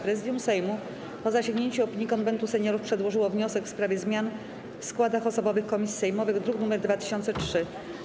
Prezydium Sejmu, po zasięgnięciu opinii Konwentu Seniorów, przedłożyło wniosek w sprawie zmian w składach osobowych komisji sejmowych, druk nr 2003.